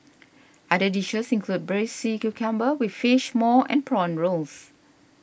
other dishes include Braised Sea Cucumber with Fish Maw and Prawn Rolls